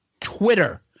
Twitter